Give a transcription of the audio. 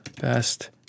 best